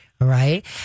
right